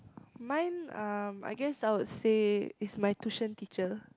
mine um I guess I would say is my tuition teacher